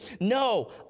No